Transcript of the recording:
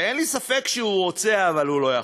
ואין לי ספק שהוא רוצה, אבל הוא לא יכול,